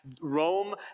Rome